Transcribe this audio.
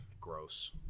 Gross